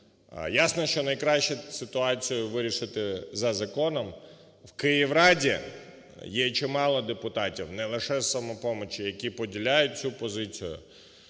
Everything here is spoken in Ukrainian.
Ясно, що найкраще ситуацію краще вирішити за законом. У Київраді є чимало депутатів не лише "Самопомочі", які поділяють цю позицію.